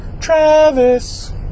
Travis